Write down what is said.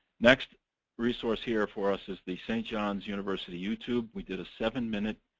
next resource here for us is the st. john's university youtube. we did a seven minute